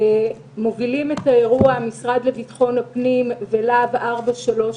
מובילים את האירוע המשרד לביטחון פנים ולה"ב 433,